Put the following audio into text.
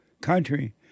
country